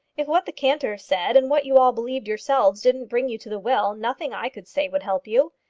if what the cantors said and what you all believed yourselves didn't bring you to the will, nothing i could say would help you.